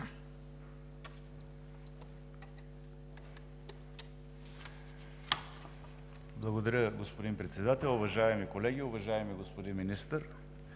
Благодаря, господин Председател. Уважаеми колеги! Уважаеми господин Министър,